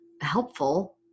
helpful